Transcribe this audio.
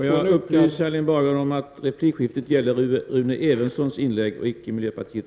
Jag får upplysa Erling Bager om att replikskiftet gäller Rune Evenssons inlägg och icke miljöpartiet.